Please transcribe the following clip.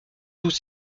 tous